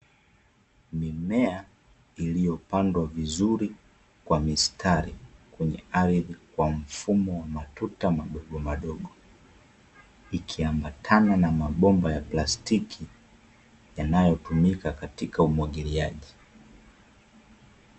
Mimea iliyopandwa vizuri kwa mistari kwenye ardhi, kwa mfumo wa matuta madogomadogo, ikiambatana na mabomba ya plastiki yanayotumika katika umwagiliaji.